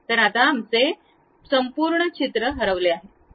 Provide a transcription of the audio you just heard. तर आता तुमचे संपूर्ण चित्र हरवले आहे